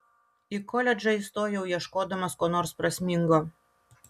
į koledžą įstojau ieškodamas ko nors prasmingo